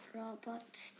robots